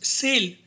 sale